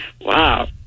Wow